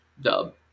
dub